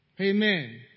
Amen